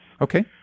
Okay